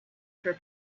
for